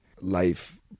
life